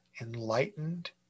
enlightened